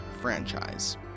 franchise